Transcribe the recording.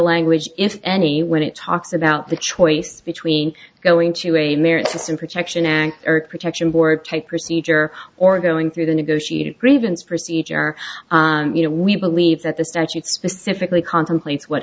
language if any when it talks about the choice between going to a merit system protection act or a protection board type procedure or going through the negotiated grievance procedure you know we believe that the statute specifically contemplates what